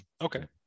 okay